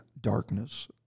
darkness